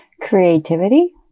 Creativity